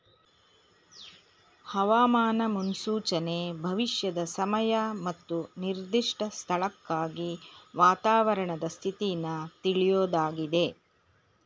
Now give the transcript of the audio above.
ಹವಾಮಾನ ಮುನ್ಸೂಚನೆ ಭವಿಷ್ಯದ ಸಮಯ ಮತ್ತು ನಿರ್ದಿಷ್ಟ ಸ್ಥಳಕ್ಕಾಗಿ ವಾತಾವರಣದ ಸ್ಥಿತಿನ ತಿಳ್ಯೋದಾಗಿದೆ